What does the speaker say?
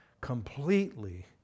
completely